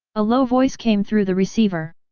a low voice came through the receiver.